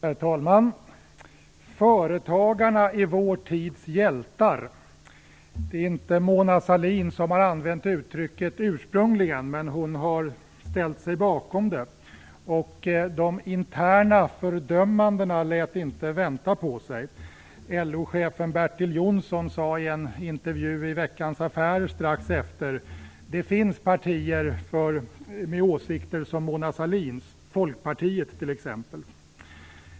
Herr talman! Företagarna är vår tids hjältar. Det är inte Mona Sahlin som ursprungligen har använt detta uttryck, men hon har ställt sig bakom det. Då lät de interna fördömandena inte vänta på sig. LO-chefen Bertil Jonsson sade i en intervju i Veckans Affärer strax efteråt att det finns partier med samma åsikter som Mona Sahlin, t.ex. Folkpartiet.